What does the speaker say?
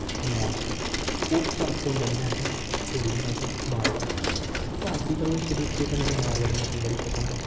ਜਿੱਥੇ ਮੌਤ ਸੀ ਉਸ ਧਰਤ ਤੋਂ ਜਨਮਿਆ ਹੈ ਘੋੜੇ ਦੀ ਨਸਲ ਮਾਰਵਾੜੀ ਅਤੇ ਭਾਰਤੀ ਪਰਵਿਸ਼ ਦੇਖੀਏ ਤਾਂ ਮੈਨੂੰ ਮਾਰਵਾੜੀ ਨਸਲ ਬੜੀ ਪਸੰਦ ਏ